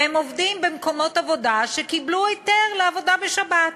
והם עובדים במקומות עבודה שקיבלו היתר לעבודה בשבת.